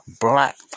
black